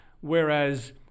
whereas